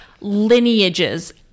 lineages